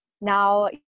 now